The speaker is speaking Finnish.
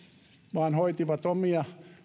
vaan hoitivat omia